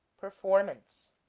performance